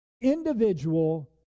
individual